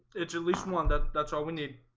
it's at least one that that's all we need